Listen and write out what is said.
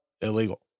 illegal